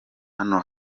hano